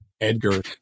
Edgar